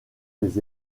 les